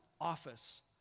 office